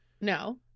No